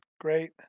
Great